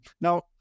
now